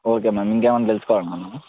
okay ma'am ఇంకేమైనా తెలుసుకోవాలా